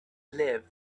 live